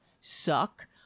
suck